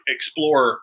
Explore